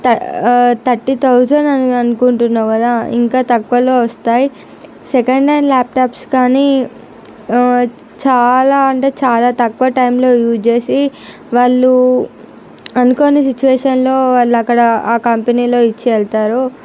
thirty thirty thousand అని అనుకుంటున్నావు కదా ఇంకా తక్కువలో వస్తాయి సెకండ్ హ్యాండ్ ల్యాప్టాప్స్ కానీ ఆ చాలా అంటే చాలా తక్కువ టైంలో యూస్ చేసి వాళ్ళు అనుకోని సిచువేషన్లో వాళ్ళు అక్కడ ఆ కంపెనీలో ఇచ్చి వెళ్తారు